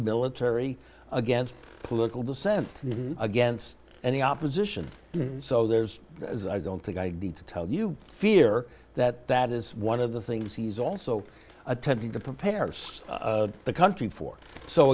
military against political dissent against any opposition so there's as i don't think i need to tell you fear that that is one of the things he's also attending to prepare the country for so